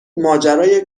ماجرای